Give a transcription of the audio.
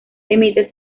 emite